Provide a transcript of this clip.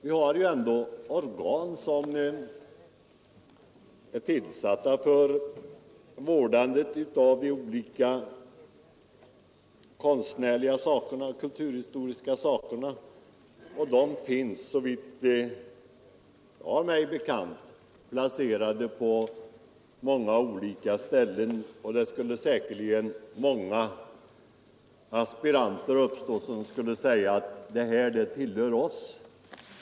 Vi har ju organ tillsatta för vården av konstnärliga och kulturhistoriska verk, och de verken är såvitt jag vet placerade på många olika ställen. Säkerligen skulle det kunna stiga fram många aspiranter på konstverken och säga, att det och det tillhör oss.